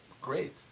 great